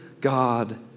God